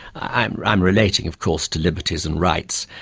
i'm i'm relating of course to liberties and rights,